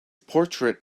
portrait